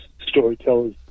storytellers